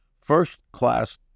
first-class